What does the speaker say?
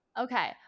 Okay